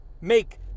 make